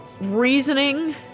reasoning